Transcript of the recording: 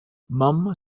mom